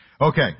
Okay